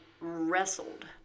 wrestled